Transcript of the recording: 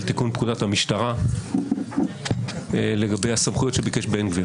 תיקון פקודת המשטרה לגבי הסמכויות שביקש בן גביר.